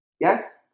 Yes